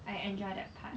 I enjoy that part